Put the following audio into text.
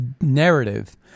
narrative